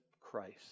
Christ